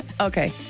okay